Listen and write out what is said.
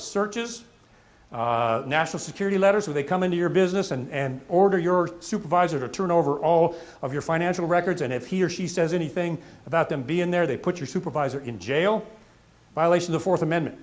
searches national security letters are they coming to your business and order your supervisor to turn over all of your financial records and if he or she says anything about them being there they put your supervisor in jail violation the fourth amendment